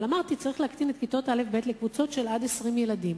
אבל אמרתי שצריך להקטין את כיתות א'-ב' לקבוצות של עד 20 ילדים,